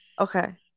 Okay